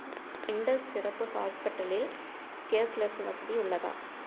Indies சிறப்பு ஹாஸ்பிட்டலில் cashless வசதி உள்ளதா